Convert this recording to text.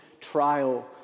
trial